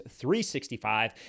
365